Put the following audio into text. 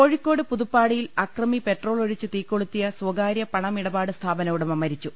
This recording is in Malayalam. കോഴിക്കോട് പുതുപ്പാടിയിൽ അക്രമി പെട്രോളൊഴിച്ച് തീക്കൊളു ത്തിയ സ്വകാര്യ പണമിടപാട് സ്ഥാപന ഉടമ മരിച്ചു